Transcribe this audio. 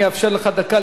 אבל אני אאפשר לך דקה,